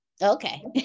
Okay